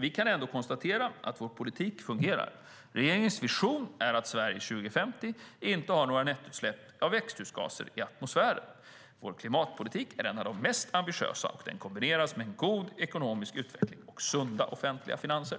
Vi kan ändå konstatera att vår politik fungerar. Regeringens vision är att Sverige 2050 inte har några nettoutsläpp av växthusgaser i atmosfären. Vår klimatpolitik är en av de mest ambitiösa, och den kombineras med god ekonomisk utveckling och sunda offentliga finanser.